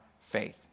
faith